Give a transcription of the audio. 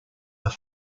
are